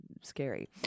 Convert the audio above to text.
scary